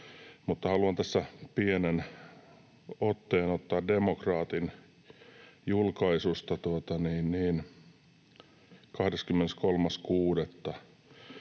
haluan tässä pienen otteen ottaa Demokraatin julkaisusta 23.6.: